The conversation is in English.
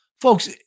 Folks